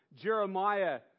Jeremiah